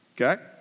Okay